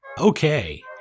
Okay